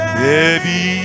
baby